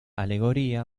alegoría